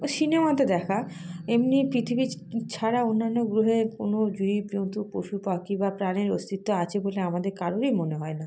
ওই সিনেমাতে দেখা এমনি পৃথিবী ছাড়া অন্যান্য গ্রহে কোনো জীবজন্তু পশুপাখি বা প্রাণের অস্তিত্ব আছে বলে আমাদের কারোরই মনে হয় না